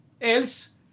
else